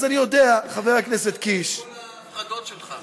אז אני יודע, חבר הכנסת קיש, מאיפה כל, שלך?